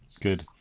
good